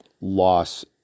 loss